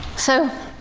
so,